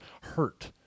hurt